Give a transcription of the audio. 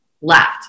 left